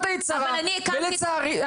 ולצערי,